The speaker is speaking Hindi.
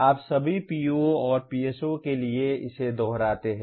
आप सभी PO और PSO के लिए इसे दोहराते हैं